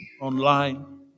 online